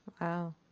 wow